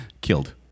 killed